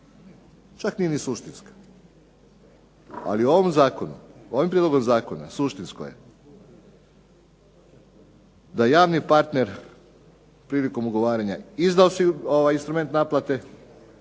Čak nije ni suštinska. Ali ovim prijedlogom zakona suštinsko je da je javni partner prilikom ugovaranja izdao instrument naplate,